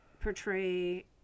portray